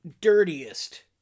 dirtiest